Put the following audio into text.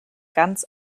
ganz